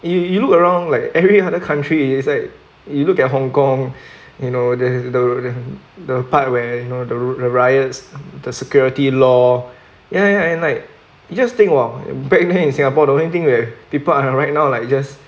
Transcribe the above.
you you look around like every other country it's like you look at hong kong you know the the the part where you know the riots the security law and and like you just think a while and back then in singapore the only thing where people are right now are just